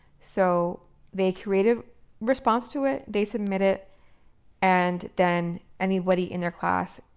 so they create a response to it. they submit it and then anybody in their class,